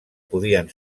podien